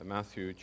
Matthew